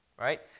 right